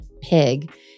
pig